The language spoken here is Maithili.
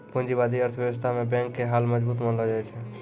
पूंजीबादी अर्थव्यवस्था मे बैंक के हाल मजबूत मानलो जाय छै